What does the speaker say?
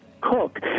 cook